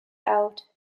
out